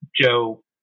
Joe